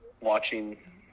watching